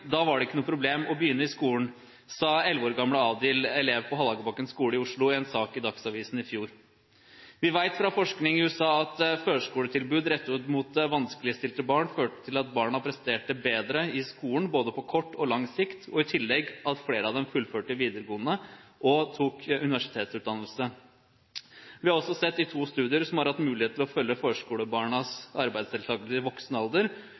da var det ikke noe problem å begynne på skolen», sa 11 år gamle Adil, elev på Hallagerbakken skole i Oslo, i en sak i Dagsavisen i fjor. Vi vet fra forskning i USA at førskoletilbud rettet mot vanskeligstilte barn, førte til at barna presterte bedre i skolen på både kort og lang sikt, og i tillegg at flere av dem fullførte videregående og tok universitetsutdannelse. Vi har også sett i to studier, som har hatt mulighet til å følge førskolebarnas arbeidsdeltakelse i voksen alder,